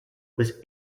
was